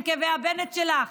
עם כאבי הבנט שלך?